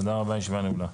תודה רבה, הישיבה נעולה.